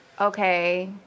okay